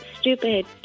stupid